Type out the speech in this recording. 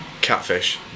Catfish